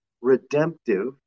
redemptive